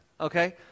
okay